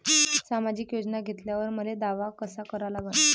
सामाजिक योजना घेतल्यावर मले दावा कसा करा लागन?